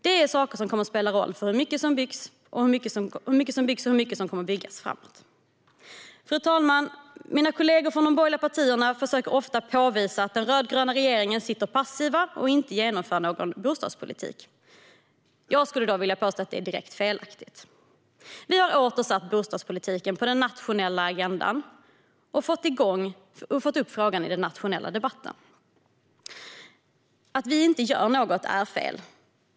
Det är saker som kommer att spela en roll för hur mycket som byggs och hur mycket som kommer att byggas framåt. Fru talman! Mina kollegor från de borgerliga partierna försöker ofta påvisa att den rödgröna regeringen sitter passiv och inte genomför någon bostadspolitik. Jag skulle vilja påstå att det är direkt felaktigt. Vi har åter satt bostadspolitiken på den nationella agendan och fått upp frågan i den nationella debatten. Att vi inte gör något är fel.